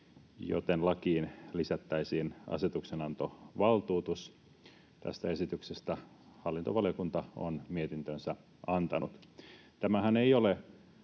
joten lakiin lisättäisiin asetuksenantovaltuutus. Tästä esityksestä hallintovaliokunta on mietintönsä antanut. Tämähän ei ole